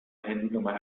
handynummer